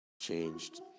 changed